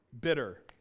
Bitter